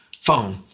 phone